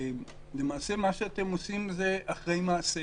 למעשה מה שאתם עושים זה אחרי מעשה.